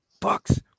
Bucks